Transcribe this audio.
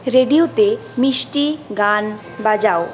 রেডিওতে মিষ্টি গান বাজাও